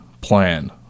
plan